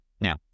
now